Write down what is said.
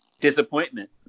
Disappointment